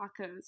tacos